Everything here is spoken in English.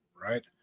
right